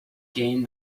gained